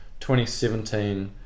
2017